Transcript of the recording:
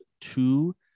two